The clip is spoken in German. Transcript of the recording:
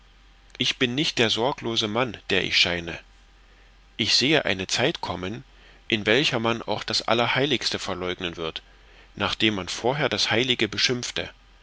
ich bin nicht der sorglose mann der ich scheine ich sehe eine zeit kommen in welcher man auch das allerheiligste verleugnen wird nachdem man vorher das heilige beschimpfte